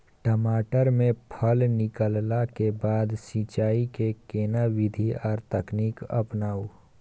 टमाटर में फल निकलला के बाद सिंचाई के केना विधी आर तकनीक अपनाऊ?